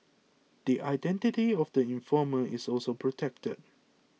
the identity of the informer is also protected